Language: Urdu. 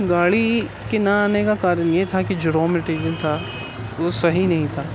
گاڑی کے نہ آنے کا کارن یہ تھا کہ جو رو مٹیریل تھا وہ صحیح نہیں تھا